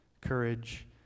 courage